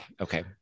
Okay